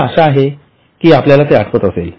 मला अशा आहे कि आपल्याला ते आठवत असेल